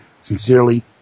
Sincerely